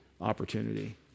opportunity